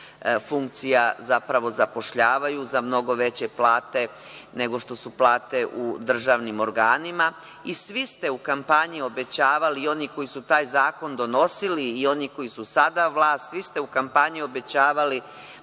funkcija, zapošljavaju za mnogo veće plate nego što su plate u državnim organima i svi ste u kampanji obećavali, i oni koji su taj zakon donosili i oni koji su sada vlast. Vi ste u kampanji obećavali